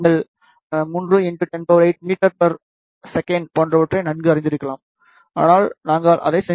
நீங்கள் 3 108 மீ வி போன்றவற்றை நன்கு அறிந்திருக்கலாம் ஆனால் நாங்கள் அதை செ